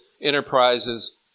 enterprises